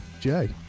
Jay